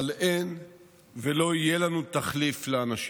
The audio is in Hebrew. אבל אין ולא יהיה לנו תחליף לאנשים.